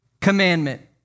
commandment